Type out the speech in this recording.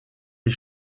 les